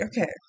Okay